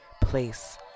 Place